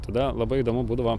tada labai įdomu būdavo